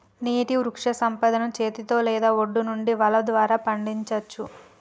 నీటి వృక్షసంపదను చేతితో లేదా ఒడ్డు నుండి వల ద్వారా పండించచ్చు